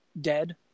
dead